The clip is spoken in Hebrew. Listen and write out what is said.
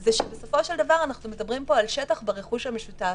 -- זה שבסופו של דבר אנחנו מדברים פה על שטח ברכוש המשותף,